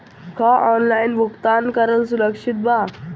का ऑनलाइन भुगतान करल सुरक्षित बा?